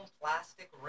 plastic